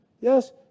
Yes